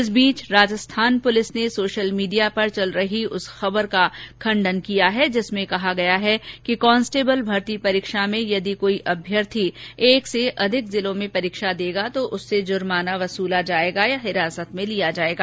इस बीच राजस्थान पुलिस ने सोशल मिडिया पर चल रही उस खबर का खंडन किया है जिसमें कहा गया है कि कॉस्टेबल भर्ती परीक्षा में यदि कोई अभ्यर्थी एक से अधिक जिलों में परीक्षा देगा तो उससे जुर्माना वसूला जाएगा अथवा हिरासत में लिया जाएगा